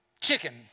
Chicken